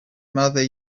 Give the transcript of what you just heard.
mother